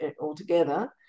altogether